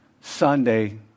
Sunday